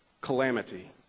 calamity